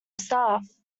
starts